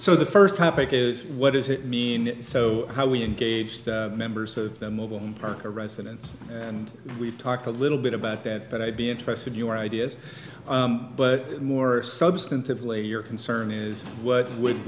so the first topic is what does it mean so how do we engage the members of that mobile home park a residence and we've talked a little bit about that but i'd be interested your ideas but more substantively your concern is what would